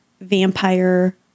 vampire